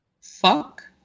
Fuck